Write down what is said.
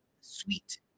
sweet